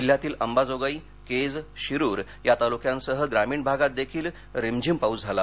जिल्ह्यातील अंबाजोगाई केज शिरूर या तालुक्यासह ग्रामीण भागात देखील रिमझीम पाऊस झाला